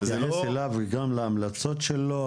זה לא --- תתייחס אליו וגם להמלצות שלו,